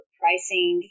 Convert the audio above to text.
pricing